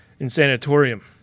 Insanatorium